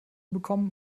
bekommen